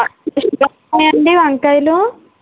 ఎట్లా ఉన్నాయి అండి వంకాయలు